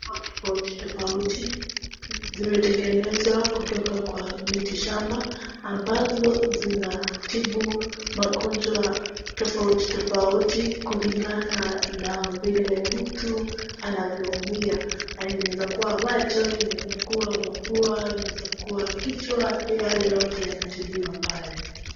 Tiba tofauti tofauti zimetengenezwa kutoka kwa miti shamba ambazo zinatibu magonjwa tofauti tofauti kulingana na vile mtu anavyoumia inaweza kuwa mapua inaweza kuwa kichwa yale yote yanatibiwa pale.